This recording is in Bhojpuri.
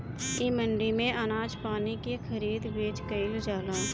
इ मंडी में अनाज पानी के खरीद बेच कईल जाला